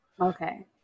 Okay